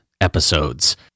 episodes